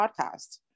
podcast